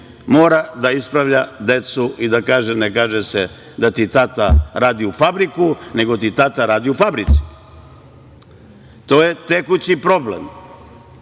mora da ispravlja decu i da kaže, ne kaže se da ti tata radi u fabriku, nego ti tata radi u fabrici. To je tekući problem.